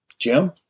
Jim